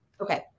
Okay